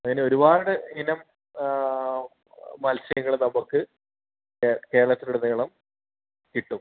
അങ്ങനെ ഒരുപാട് ഇനം മൽസ്യങ്ങൾ നമുക്ക് കേരളത്തിലുടനീളം കിട്ടും